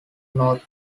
north